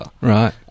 Right